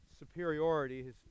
superiority